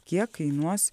kiek kainuos